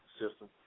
system